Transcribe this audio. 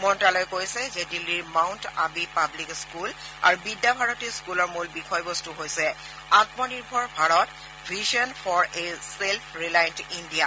মন্ত্যালয়ে কৈছে যে দিল্পীৰ মাউণ্ট আবূ পাব্লিক স্ফুল আৰু বিদ্যা ভাৰতী স্থুলৰ মূল বিষয় বস্তু হৈছে Atmanirbhar Bharat vision for a self reliant India